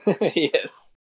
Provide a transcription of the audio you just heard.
Yes